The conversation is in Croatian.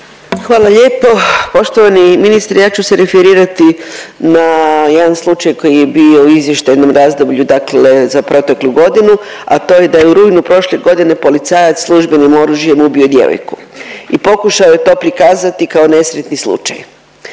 Hvala lijepo. Poštovani ministre, ja ću se referirati na jedan slučaj koji je bio u izvještajnom razdoblju dakle za proteklu godinu, a to je da je u rujnu prošle godine policajac službenim oružjem ubio djevojku i pokušao je to prikazati kao nesretni slučaj.